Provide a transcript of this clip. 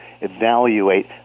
evaluate